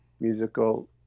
musical